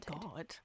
god